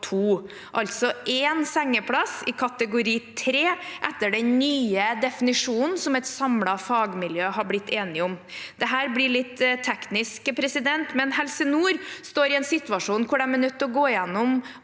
altså én sengeplass i kategori 3 etter den nye definisjonen, som et samlet fagmiljø har blitt enig om. Dette blir litt teknisk, men Helse Nord står i en situasjon hvor de er nødt til å gå igjennom